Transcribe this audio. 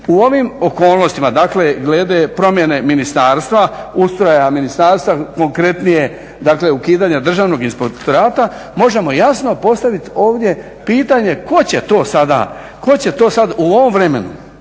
u ovim okolnostima dakle glede promjene ministarstva, ustroja ministarstva, konkretnije dakle ukidanja Državnog inspektorata možemo jasno postaviti ovdje pitanje tko će to sada, tko će